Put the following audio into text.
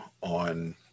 on